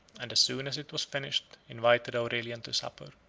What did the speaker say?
and as soon as it was finished, invited aurelian to supper.